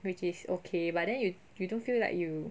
which is okay but then you you don't feel like you